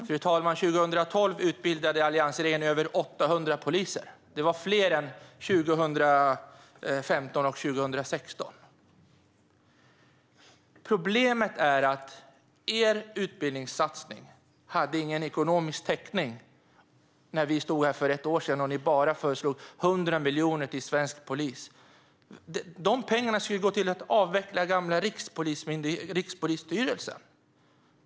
Fru talman! År 2012 utbildade alliansregeringen över 800 poliser. Det var fler än 2015 och 2016. Problemet är att er utbildningssatsning inte hade ekonomisk täckning när vi stod här för ett år sedan och ni föreslog bara 100 miljoner till svensk polis, Morgan Johansson. De pengarna skulle gå till att avveckla gamla Rikspolisstyrelsen.